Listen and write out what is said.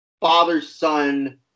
father-son